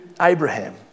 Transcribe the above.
Abraham